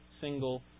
single